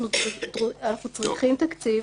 אנחנו צריכים תקציב